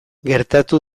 gertatu